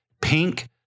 pink